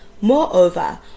Moreover